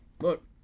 Look